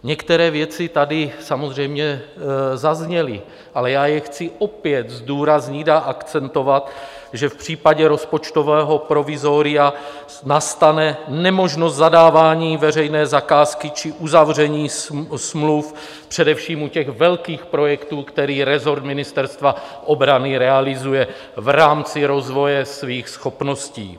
Některé věci tady samozřejmě zazněly, ale já je chci opět zdůraznit a akcentovat, že v případě rozpočtového provizoria nastane nemožnost zadávání veřejné zakázky či uzavření smluv především u velkých projektů, které rezort Ministerstva obrany realizuje v rámci rozvoje svých schopností.